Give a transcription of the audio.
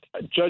Judge